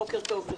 בוקר טוב.